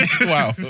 Wow